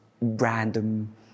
random